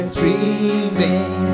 dreaming